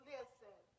Listen